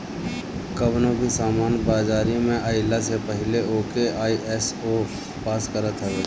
कवनो भी सामान बाजारी में आइला से पहिले ओके आई.एस.ओ पास करत हवे